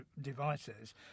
devices